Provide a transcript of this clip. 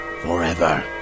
forever